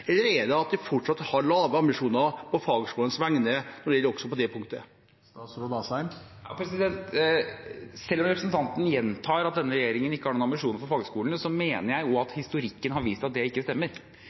har den fortsatt lave ambisjoner på fagskolenes vegne også på det punktet? Selv om representanten gjentar at denne regjeringen ikke har noen ambisjoner for fagskolene, mener jeg jo at